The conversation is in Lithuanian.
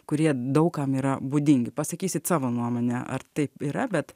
kurie daug kam yra būdingi pasakysit savo nuomonę ar taip yra bet